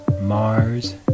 Mars